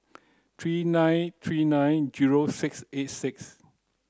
three nine three nine zero six eight six